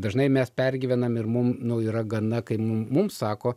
dažnai mes pergyvenam ir mum nu yra gana kai mum mum sako